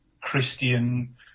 christian